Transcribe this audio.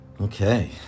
Okay